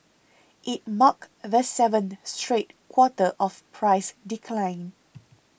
it marked the seventh straight quarter of price decline